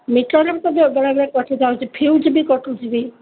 ମିଟରରେ କଟିଯାଉଛି ଫ୍ୟୁଜ୍ ବି କଟୁଛି ବି